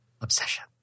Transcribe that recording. Obsession